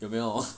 有没有